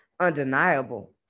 undeniable